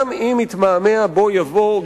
גם אם יתמהמה בוא יבוא,